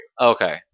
Okay